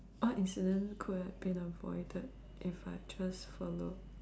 what incident could have been avoided if I just followed